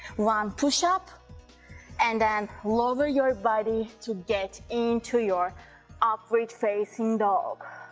one push-up, and then lower your body to get into your upward facing dog